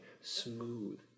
smooth